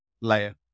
layer